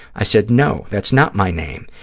i said, no, that's not my name.